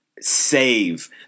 save